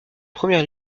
première